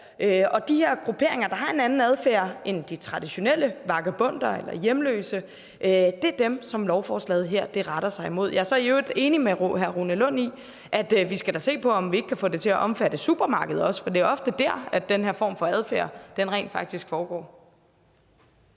på. De her grupperinger, der har en anden adfærd end de traditionelle vagabonders eller hjemløses, er lovforslaget her rettet imod. Jeg er så i øvrigt enig med hr. Rune Lund i, at vi da skal se på, om vi ikke kan få det til at omfatte supermarkeder, for det er ofte der, at den her form for adfærd rent faktisk foregår.